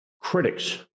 critics